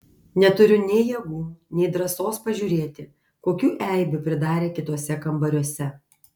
neturiu nei jėgų nei drąsos pažiūrėti kokių eibių pridarė kituose kambariuose